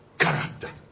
character